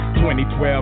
2012